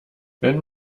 wenn